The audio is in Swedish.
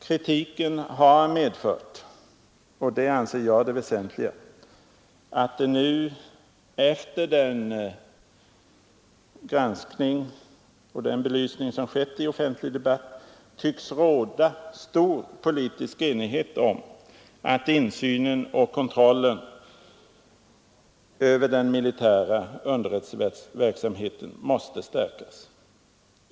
Kritiken har medfört, och detta anser jag väsentligt, att det nu — efter den granskning och den belysning som skett i den offentliga debatten — tycks råda stor politisk enighet om att insynen och kontrollen över den militära underrättelseverksamheten måste stärkas.